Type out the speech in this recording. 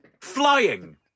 Flying